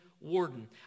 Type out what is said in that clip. warden